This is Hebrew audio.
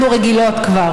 ראיתי אותך רשום אחר כך.